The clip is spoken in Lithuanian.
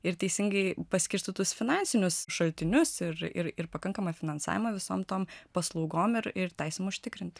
ir teisingai paskirstytus finansinius šaltinius ir ir ir pakankamą finansavimą visom tom paslaugom ir ir teisėm užtikrinti